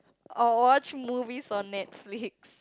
I'll watch movies on Netflix